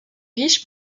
riches